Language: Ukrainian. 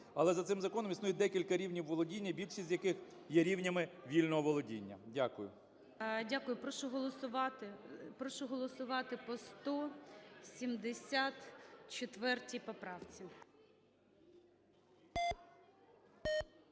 Але за цим законом існує декілька рівнів володіння, більшість з яких є рівнями вільного володіння. Дякую. ГОЛОВУЮЧИЙ. Дякую. Прошу голосувати по 174 поправці.